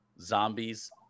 zombies